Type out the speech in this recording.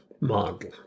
model